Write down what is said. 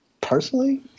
personally